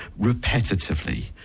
repetitively